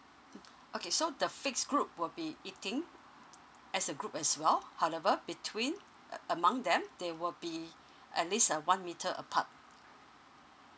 okay so the fix group will be eating as a group as well however between a~ among them they will be at least a one meter apart